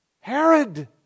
Herod